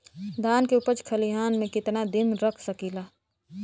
धान के उपज खलिहान मे कितना दिन रख सकि ला?